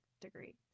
degree